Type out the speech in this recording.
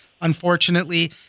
unfortunately